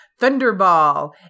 Thunderball